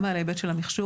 גם על ההיבט של המכשור,